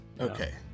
Okay